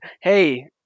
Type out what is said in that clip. hey